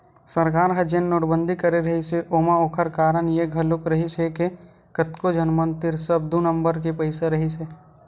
सरकार ह जेन नोटबंदी करे रिहिस हे ओमा ओखर कारन ये घलोक रिहिस हे के कतको झन मन तीर सब दू नंबर के पइसा रहिसे हे